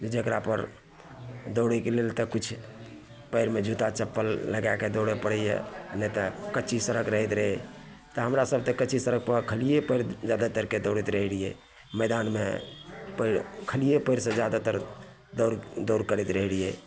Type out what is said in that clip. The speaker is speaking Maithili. जकरापर दौड़ैके लेल तऽ किछु पाएरमे जुत्ता चप्पल लगैके दौड़ै पड़ैए नहि तऽ कच्ची सड़क रहैत रहै तऽ हमरासभ तऽ कच्ची सड़कपर खालिए पाएर जादातरके दौड़ैत रहै रहिए मैदानमे कोइ खालिए पाएरसे जादातर दौड़ दौड़ करैत रहै रहिए